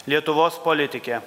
lietuvos politikė